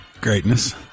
Greatness